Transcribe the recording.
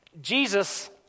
Jesus